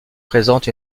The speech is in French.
présente